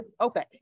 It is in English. Okay